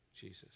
jesus